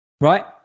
Right